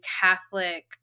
Catholic